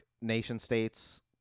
nation-states